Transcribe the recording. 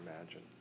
imagine